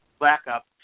backup